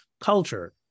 culture